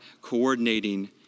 Coordinating